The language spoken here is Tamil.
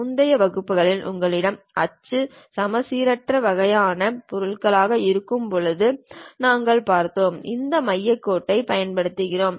முந்தைய வகுப்புகளில் உங்களிடம் அச்சு அச்சு சமச்சீரற்ற வகையான பொருள்கள் இருக்கும்போது நாங்கள் பார்த்தோம் இந்த மையக் கோட்டைப் பயன்படுத்துகிறோம்